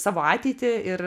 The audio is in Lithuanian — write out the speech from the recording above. savo ateitį ir